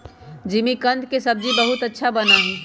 जिमीकंद के सब्जी बहुत अच्छा बना हई